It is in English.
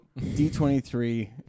D23